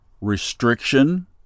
restriction